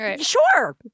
Sure